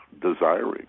desiring